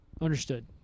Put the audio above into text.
Understood